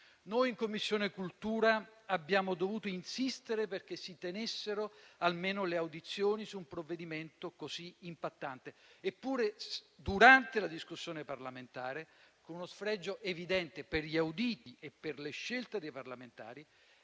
Noi in Commissione cultura abbiamo dovuto insistere perché si tenessero almeno le audizioni su un provvedimento così impattante. Eppure, durante la discussione parlamentare, con uno sfregio evidente per gli auditi e per le scelte dei parlamentari,